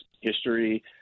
history